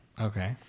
Okay